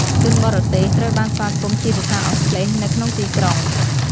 ជនបរទេស ត្រូវបានស្វាគមន៍ជាភាសាអង់គ្លេសនៅក្នុងទីក្រុង។